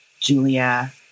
Julia